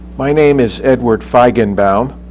my name is edward feigenbaum.